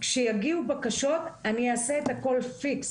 כשיגיעו בקשות אני אעשה את הכול פיקס.